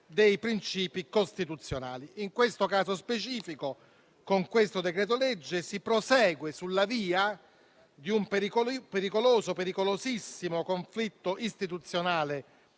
dei principi costituzionali. In questo caso specifico, con questo decreto-legge, si prosegue sulla via di un pericolosissimo conflitto istituzionale